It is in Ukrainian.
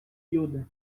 люди